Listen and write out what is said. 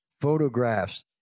photographs